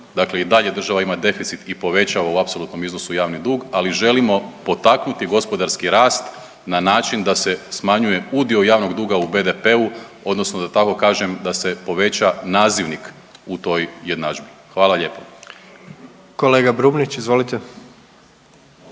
dakle i dalje država ima deficit i povećava u apsolutnom iznosu javni dug, ali želimo potaknuti gospodarski rast na način da se smanjuje udio javnoga duga u BDP-u odnosno da tako kažem da se poveća nazivnik u toj jednadžbi. Hvala lijepa. **Jandroković, Gordan